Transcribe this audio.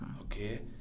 Okay